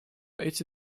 эти